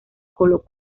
colo